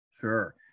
Sure